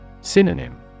synonym